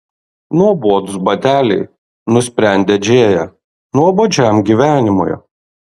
nuobodūs bateliai nusprendė džėja nuobodžiam gyvenimui